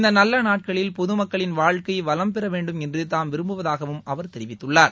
இந்த நல்ல நாட்களில் பொது மக்களின் வாழ்க்கை வளம் பெறவேண்டும் என்று தாம் விரும்புவதாகவும் அவர் தெரிவித்துள்ளார்